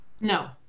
No